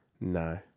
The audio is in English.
No